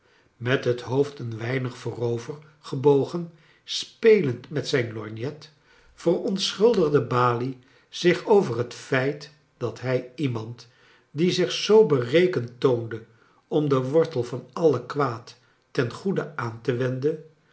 met het hoofd een weinig voorovergebogen spelend met zijn lorgnet verontsclmldigde balie zich over het feit dat hij iemand die zich zoo berekend toonde om den wortel van alle kwaad ten goede aan te wenden